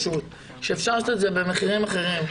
שאפשר לעשות את זה במחירים אחרים.